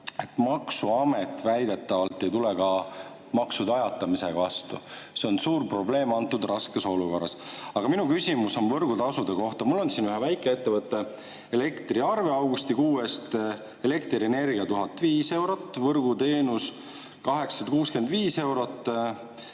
et maksuamet väidetavalt ei tule ka maksude ajatamisega vastu. See on suur probleem antud raskes olukorras. Aga minu küsimus on võrgutasude kohta. Mul on siin ühe väikeettevõtte elektriarve augustikuu eest: elektrienergia 1005 eurot, võrguteenus 865 eurot,